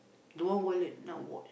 don't want wallet not watch